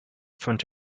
front